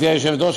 גברתי היושבת-ראש,